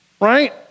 right